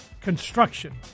construction